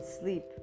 sleep